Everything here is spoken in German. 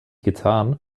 getan